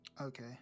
Okay